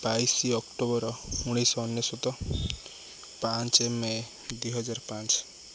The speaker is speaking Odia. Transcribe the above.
ବାଇଶ ଅକ୍ଟୋବର ଉଣେଇଶହ ଅନେଶ୍ୱତ ପାଞ୍ଚ ମେ ଦୁଇହଜାର ପାଞ୍ଚ